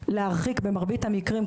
במרבית המקרים השאיפה היא,